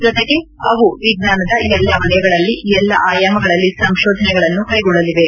ಜೊತೆಗೆ ಅವು ವಿಜ್ಞಾನದ ಎಲ್ಲ ವಲಯಗಳಲ್ಲಿ ಎಲ್ಲ ಆಯಾಮಗಳಲ್ಲಿ ಸಂಶೋಧನೆಗಳನ್ನು ಕ್ವೆಗೊಳ್ಳಲಿವೆ